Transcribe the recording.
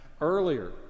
earlier